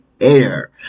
Air